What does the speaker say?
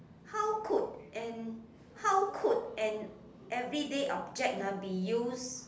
how could an how could an everyday object ah be used